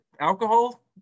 alcohol